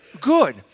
Good